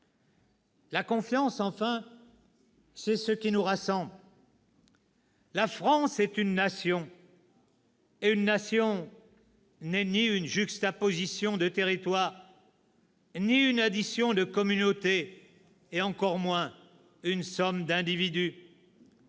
La confiance, enfin, c'est tout ce qui nous rassemble. « La France est une nation. Et une nation n'est ni une juxtaposition de territoires ni une addition de communautés, et encore moins une somme d'individus.